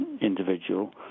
individual